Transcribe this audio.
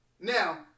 Now